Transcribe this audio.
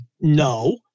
no